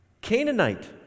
Canaanite